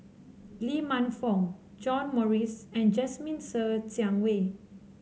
Lee Man Fong John Morrice and Jasmine Ser Xiang Wei